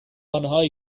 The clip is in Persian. آنهایی